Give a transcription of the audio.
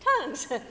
tongues